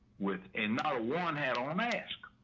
with a not a one hat on a mask.